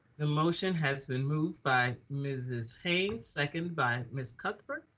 the motion has been moved by mrs. haynes second by ms. cuthbert,